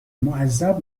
معذب